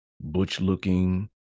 butch-looking